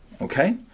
Okay